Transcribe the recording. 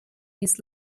his